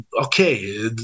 okay